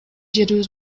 жерибиз